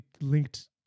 linked